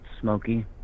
Smoky